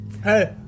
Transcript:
Hey